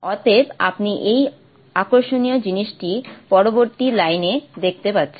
অতএব আপনি এই আকর্ষণীয় জিনিসটি পরবর্তী লাইনে দেখতে পাচ্ছেন